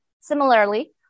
Similarly